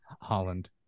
Holland